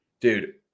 dude